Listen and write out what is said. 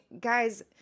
guys